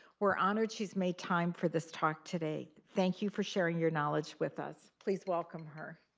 we're honored she's made time for this talk today. thank you for sharing your knowledge with us. please welcome her.